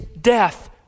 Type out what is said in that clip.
death